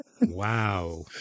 wow